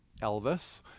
Elvis